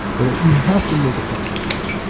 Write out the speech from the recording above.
but you have to make a promise to me,